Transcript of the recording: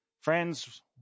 Friends